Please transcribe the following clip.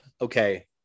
Okay